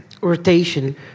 Rotation